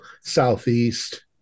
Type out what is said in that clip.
southeast